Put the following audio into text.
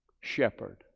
shepherd